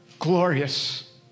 Glorious